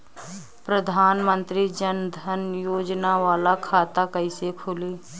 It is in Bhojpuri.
प्रधान मंत्री जन धन योजना वाला खाता कईसे खुली?